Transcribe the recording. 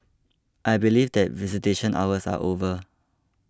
I believe that visitation hours are over